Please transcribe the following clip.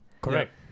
Correct